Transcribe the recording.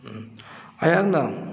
ꯑꯩꯍꯥꯛꯅ